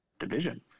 division